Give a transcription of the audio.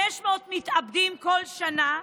500 מתאבדים כל שנה,